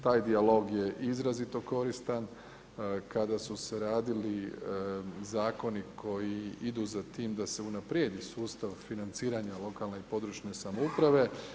Taj dijalog je izrazito koristan kada su se radili zakoni koji idu za tim da se unaprijedi sustav financiranja lokalne i područne samouprave.